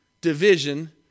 division